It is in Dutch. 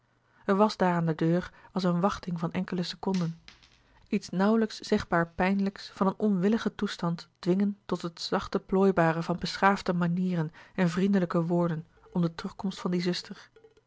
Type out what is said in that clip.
er was daar aan de deur als eene wachting van enkele seconden iets nauwlijks zegbaar pijnlijks van een onwilligen toestand dwingen tot het zachte plooibare van beschaafde manieren en vriendelijke woorden om de terugkomst van die zuster